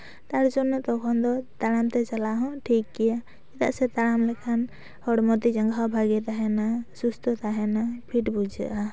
ᱛᱟᱨ ᱡᱚᱱᱱᱚ ᱛᱚᱠᱷᱚᱱ ᱫᱚ ᱛᱟᱲᱟᱢ ᱛᱮ ᱪᱟᱞᱟᱣ ᱦᱚᱸ ᱴᱷᱤᱠ ᱜᱮᱭᱟ ᱪᱮᱫᱟᱜ ᱥᱮ ᱛᱟᱲᱟᱢ ᱞᱮᱠᱷᱟᱱ ᱦᱚᱲᱢᱚ ᱛᱤ ᱡᱟᱸᱜᱟ ᱦᱚᱸ ᱵᱷᱟᱜᱮ ᱛᱟᱦᱮᱱᱟ ᱥᱩᱥᱛᱷᱚ ᱛᱟᱦᱮᱱᱟ ᱯᱷᱤᱴ ᱵᱩᱡᱷᱟᱹᱜᱼᱟ